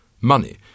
Money